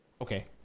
Okay